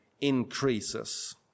increases